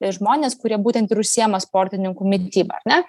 žmonės kurie būtent ir užsiima sportininkų mityba ar ne